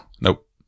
nope